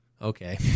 okay